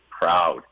proud